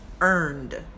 earned